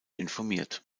informiert